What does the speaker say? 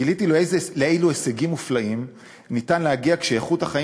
גיליתי לאילו הישגים אפשר להגיע כשאיכות החיים